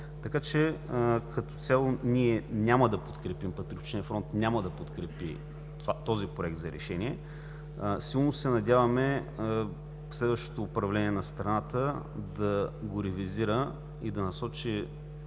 са лоши. Като цяло Патриотичният фронт няма да подкрепи този проект за решение. Силно се надяваме следващото управление на страната да го ревизира и да насочи